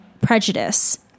prejudice